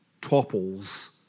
topples